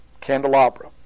candelabra